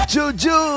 Juju